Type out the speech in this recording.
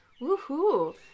Woohoo